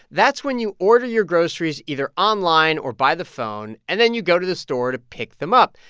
that's when you order your groceries either online or by the phone, and then you go to the store to pick them up.